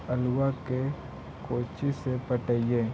आलुआ के कोचि से पटाइए?